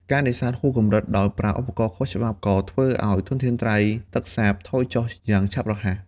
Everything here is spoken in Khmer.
ការនេសាទហួសកម្រិតដោយប្រើឧបករណ៍ខុសច្បាប់ក៏ធ្វើឲ្យធនធានត្រីទឹកសាបថយចុះយ៉ាងឆាប់រហ័ស។